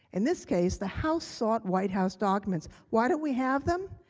in this case, the house sought white house documents. why don't we have them?